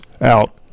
out